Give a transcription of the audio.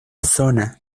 zona